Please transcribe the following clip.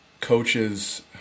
coaches –